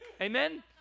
Amen